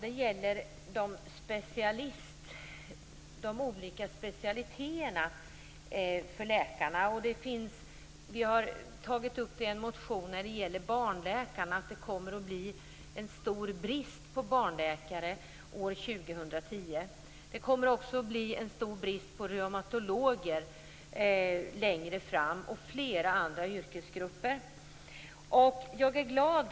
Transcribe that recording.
Det gäller läkarnas olika specialiteter. Vi har tagit upp frågan i en motion om barnläkarna. Det kommer att bli en stor brist på barnläkare år 2010. Det kommer också att bli en stor brist på reumatologer längre fram, och det kommer också att bli brist i fråga om flera andra yrkesgrupper.